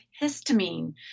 histamine